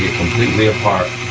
completely apart,